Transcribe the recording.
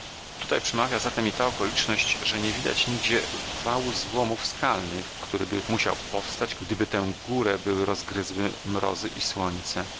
tutaj przemawia za tem i ta okoliczność że nie widać nigdzie wału złomów skalnych któryby musiał powstać gdyby tę górę były rozgryzły mrozy i słońce